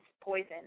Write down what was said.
poison